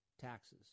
taxes